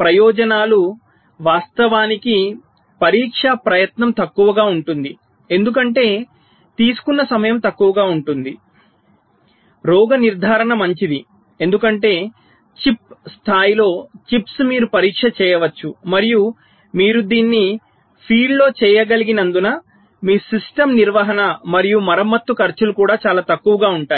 ప్రయోజనాలు వాస్తవానికి పరీక్ష ప్రయత్నం తక్కువగా ఉంటుంది ఎందుకంటే తీసుకున్న సమయం తక్కువగా ఉంటుంది రోగ నిర్ధారణ మంచిది ఎందుకంటే చిప్ స్థాయిలో చిప్స్ మీరు పరీక్ష చేయవచ్చు మరియు మీరు దీన్ని మైదానంలో చేయగలిగినందున మీ సిస్టమ్ నిర్వహణ మరియు మరమ్మత్తు ఖర్చులు కూడా చాలా తక్కువగా ఉంటాయి